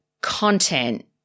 content